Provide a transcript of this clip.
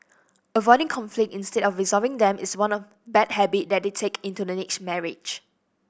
avoiding conflicts instead of resolving them is one of bad habit that they take into the next marriage